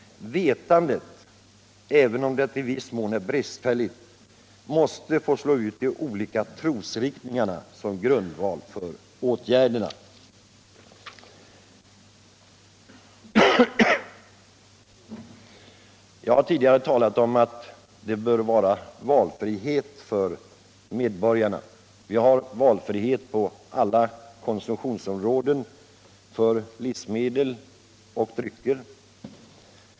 Vetandet — även om det i viss mån är bristfälligt — måste få slå ut de olika trosriktningarna som grundval för åtgärderna.” Jag har tidigare talat om att det bör vara valfrihet för medborgarna. Vi har valfrihet på andra konsumtionsområden för livsmedel och drycker.